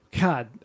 God